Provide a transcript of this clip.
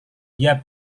dia